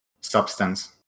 substance